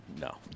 No